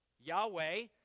Yahweh